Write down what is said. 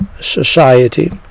Society